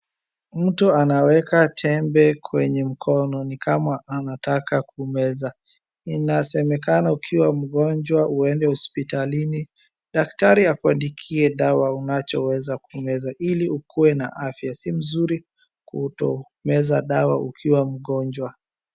Mtu anaweka tembe kwenye mkono nikama anataka kumeza. Inasemekana ukiwa mgonjwa uende hospitalini daktari akuandikie dawa unachoweza kumeza ili ukuwe na afya. Si mzuri kutomeza dawa ukiwa mgonjwa.